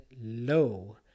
low